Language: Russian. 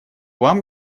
вам